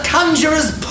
Conjurer's